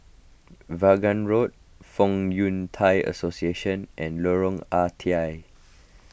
Vaughan Road Fong Yun Thai Association and Lorong Ah Thia